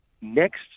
next